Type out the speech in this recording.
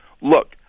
look